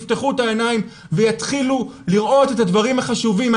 יפתחו את העיניים ויתחילו לראות את הדברים החשובים.